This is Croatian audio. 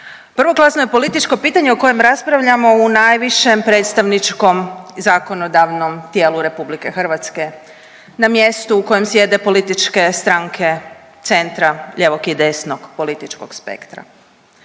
Prvoklasno je političko pitanje o kojem raspravljamo u najvišem predstavničkom i zakonodavnom tijelu RH, na mjestu u kojem sjede političke stranke centra, lijevog i desnog političkog spektra,